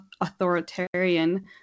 authoritarian